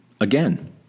Again